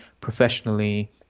professionally